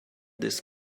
this